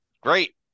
Great